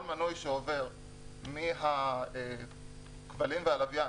כל מנוי שעובר מהכבלים והלוויין,